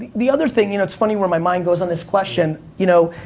the other thing, you know, it's funny where my mind goes on this question, you know,